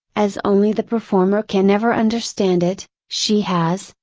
as only the performer can ever understand it, she has,